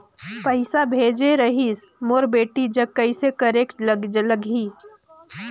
पइसा भेजेक रहिस मोर बेटी जग कइसे करेके लगही?